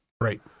right